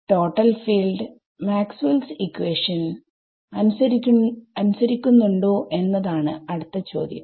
total field Maxwell equation Maxwells equation അനുസരിക്കുന്നുണ്ടോ എന്നതാണ് അടുത്ത ചോദ്യം